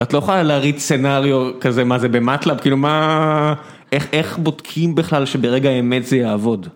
את לא יכולה להריץ סנאריו כזה מה זה במטל"ב, כאילו מה, איך, איך בודקים בכלל שברגע האמת זה יעבוד.